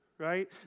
right